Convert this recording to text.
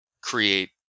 create